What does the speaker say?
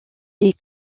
des